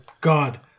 god